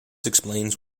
explains